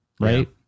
Right